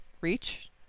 reach